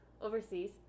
overseas